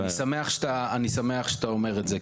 אני שמח שאתה אומר את זה.